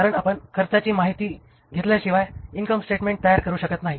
कारण आपण खर्चाची माहिती घेतल्याशिवाय इनकम स्टेटमेंट तयार करू शकत नाही